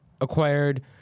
acquired